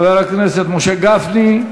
חבר הכנסת משה גפני.